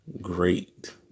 great